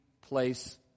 place